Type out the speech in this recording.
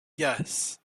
yes